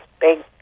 big